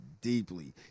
deeply